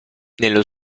nello